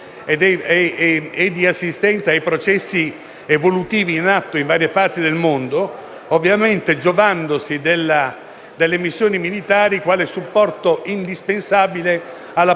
di democratizzazione ed evolutivi in atto in varie parti del mondo, ovviamente giovandosi delle missioni militari quale supporto indispensabile alla politica